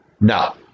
No